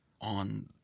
on